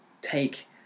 take